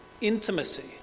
intimacy